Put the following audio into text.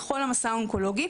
לכל המסע האונקולוגי.